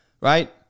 Right